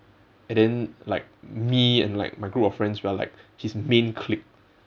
and then like me and like my group of friends we are like his main clique